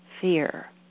fear